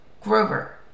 Grover